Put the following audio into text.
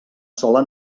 sola